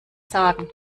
sagen